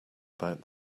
about